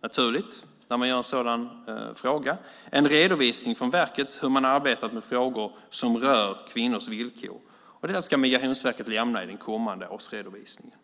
är naturligt i en sådan fråga, en redovisning från verket av hur man arbetat med frågor som rör kvinnors villkor. Den ska Migrationsverket lämna i den kommande årsredovisningen.